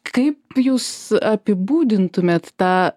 kaip jūs apibūdintumėt tą